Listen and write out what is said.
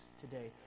today